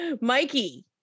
mikey